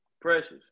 Precious